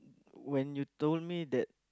when you told me that